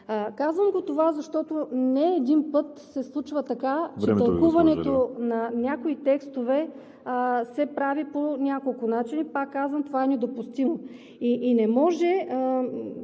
Казвам това, защото не един път се случва така, че тълкуването на някои текстове се прави по няколко начина. Пак казвам, това е недопустимо и не може